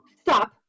Stop